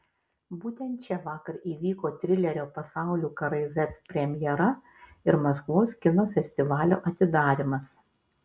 būtent čia vakar įvyko trilerio pasaulių karai z premjera ir maskvos kino festivalio atidarymas